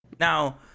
now